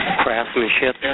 craftsmanship